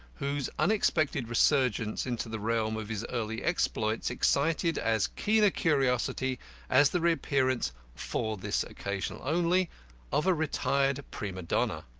whose unexpected resurgence into the realm of his early exploits excited as keen a curiosity as the reappearance for this occasion only of a retired prima donna.